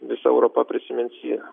visa europa prisimins jį